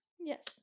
Yes